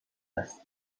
است